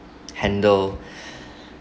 handle